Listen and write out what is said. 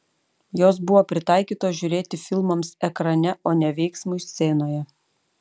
jos buvo pritaikytos žiūrėti filmams ekrane o ne veiksmui scenoje